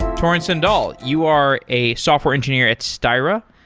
torin sandall, you are a software engineer at styra.